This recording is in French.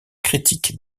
critique